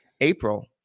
April